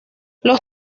los